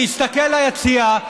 להסתכל ליציע,